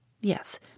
Yes